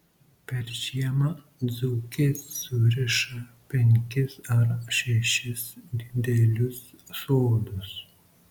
per žiemą dzūkės suriša penkis ar šešis didelius sodus